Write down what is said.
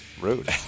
Rude